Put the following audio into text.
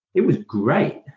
it was great.